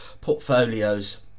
portfolios